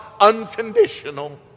unconditional